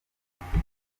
ndibuka